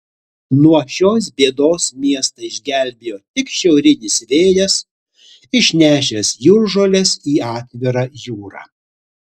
nuo šios bėdos miestą išgelbėjo tik šiaurinis vėjas išnešęs jūržoles į atvirą jūrą